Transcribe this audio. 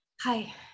Hi